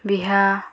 ବିହା